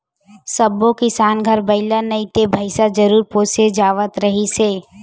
सब्बो किसान घर बइला नइ ते भइसा जरूर पोसे जावत रिहिस हे